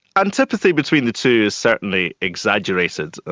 antipathy between the two is certainly exaggerated.